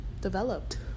developed